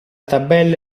tabella